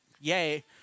Yay